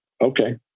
okay